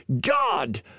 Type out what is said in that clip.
God